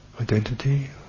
identity